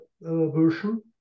version